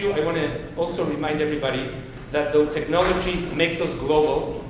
wanna also remind everybody that though technology makes us global,